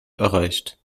erreicht